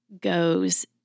goes